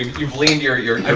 you've leaned your your